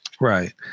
right